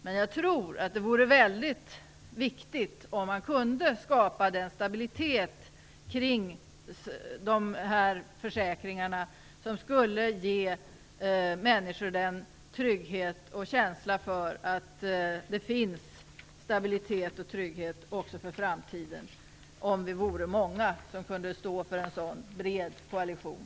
Men jag tror att vi kunde skapa den stabilitet kring de här försäkringarna som skulle ge människor trygghet och känsla av att det finns stabilitet också i framtiden, om vi vore många som kunde stå för en bred koalition.